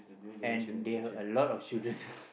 and they have a lot of children